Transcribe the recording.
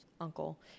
Uncle